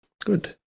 Good